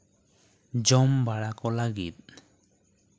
ᱡᱚᱢ ᱵᱟᱲᱟ ᱠᱚ ᱞᱟᱹᱜᱤᱫ